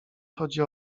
chodzi